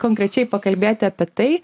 konkrečiai pakalbėti apie tai